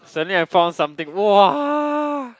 suddenly I found something !wah!